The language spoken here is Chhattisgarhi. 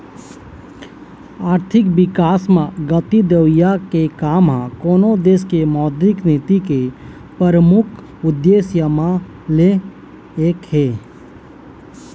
आरथिक बिकास म गति देवई के काम ह कोनो देश के मौद्रिक नीति के परमुख उद्देश्य म ले एक हे